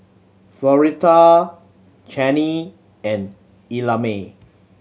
Floretta Channie and Ellamae